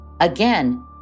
Again